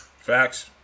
Facts